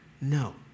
No